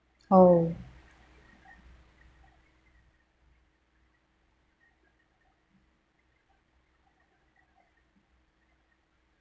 oh